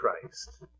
Christ